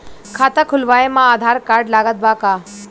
खाता खुलावे म आधार कार्ड लागत बा का?